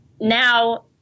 now